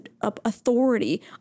authority